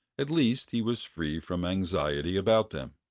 at least he was free from anxiety about them.